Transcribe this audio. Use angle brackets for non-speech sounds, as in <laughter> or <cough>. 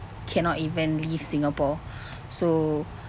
cannot even leave singapore <breath> so